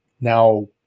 now